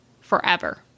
forever